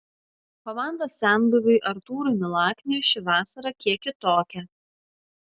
komandos senbuviui artūrui milakniui ši vasara kiek kitokia